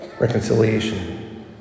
reconciliation